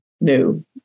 new